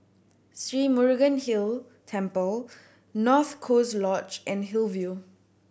Sri Murugan Hill Temple North Coast Lodge and Hillview